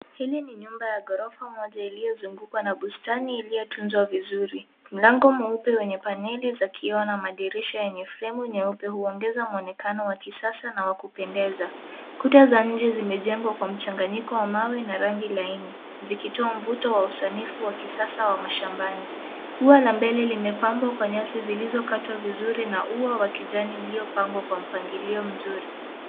Hili ni nyumba ya ghorofa moja iliyo zungukwa na bustani iliyo tunzwa vizuri. Mlango mweupe wenye paneli za kioo na madirisha yenye fremu nyeupe huongeza muonekano wa kisasa na wa kupendeza. Kuta za nje zime jengwa kwa mchanganyiko wa mawe na rangi laini, zikitoa mvuto wa usanifu wa kisasa wa mashambani . Ua la mbele limepambwa kwa nyasi zilizo katwa vizuri na ua wa kijani ulio pangwa kwa mpangilio mzuri.